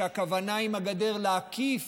כשהכוונה היא להקיף